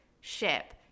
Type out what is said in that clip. ship